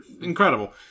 incredible